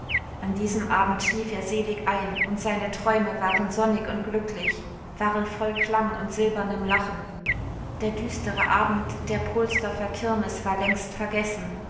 an diesem abend schlief er selig ein und seine träume waren sonnig und glücklich waren voll klang und silbernem lachen der düstere abend der pohlsdorfer kirmes war längst vergessen